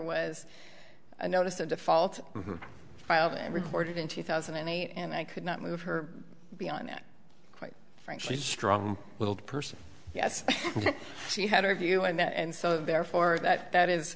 was a notice of default filed and recorded in two thousand and eight and i could not move her beyond that quite frankly strong willed person yes she had her view i met and so therefore that that is